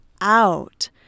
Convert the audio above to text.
out